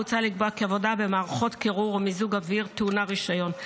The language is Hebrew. מוצע לקבוע כי עבודה במערכות קירור או מיזוג אוויר טעונה רישיון.